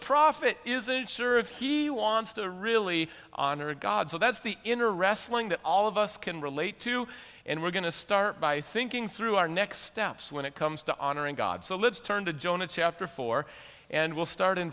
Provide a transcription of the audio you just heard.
prophet isn't sure if he wants to really honor god so that's the inner wrestling that all of us can relate to and we're going to start by thinking through our next steps when it comes to honoring god so let's turn to jonah chapter four and we'll start in